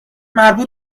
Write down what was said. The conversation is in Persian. مربوط